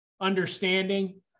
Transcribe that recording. understanding